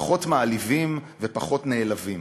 פחות מעליבים ופחות נעלבים.